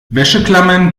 wäscheklammern